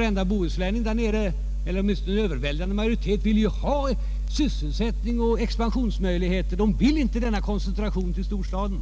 Den överväldigande majoriteten bland bohuslänningarna vill ju ha sysselsättning och expansionsmöjligheter. De vill inte ha en koncentration till storstäderna.